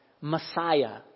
Messiah